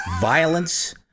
Violence